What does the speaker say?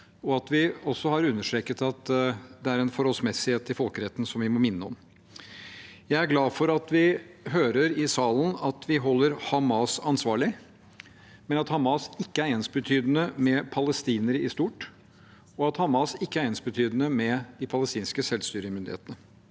har understreket at det er en forholdsmessighet i folkeretten som vi må minne om. Jeg er glad for at vi hører i salen at vi holder Hamas ansvarlig, men at Hamas ikke er ensbetydende med palestinere i stort, og at Hamas ikke er ensbetydende med de palestinske selvstyremyndighetene.